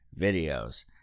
videos